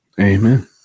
Amen